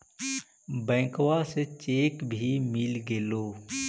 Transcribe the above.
बैंकवा से चेक भी मिलगेलो?